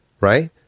Right